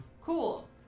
Cool